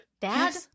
Dad